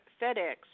FedEx